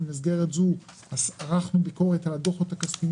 כאשר במסגרת הזו ערכנו ביקורת על הדוחות הכספיים